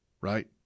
right